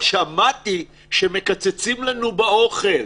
שמעתי שמקצצים לנו באוכל.